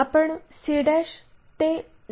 आपण c ते d edge पाहू शकतो